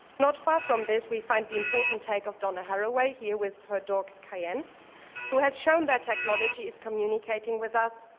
not far from this we find the important take of donna haraway here with her dog cayenne who has shown that technology is communicating with us,